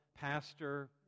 pastor